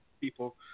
people